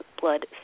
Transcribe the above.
blood